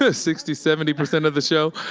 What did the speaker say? ah sixty, seventy percent of the show,